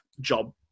job